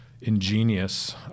ingenious